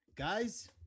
Guys